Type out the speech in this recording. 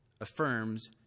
affirms